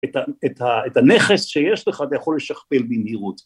‫את הנכס שיש לך, ‫אתה יכול לשכפל במהירות.